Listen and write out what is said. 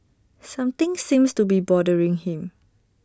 something seems to be bothering him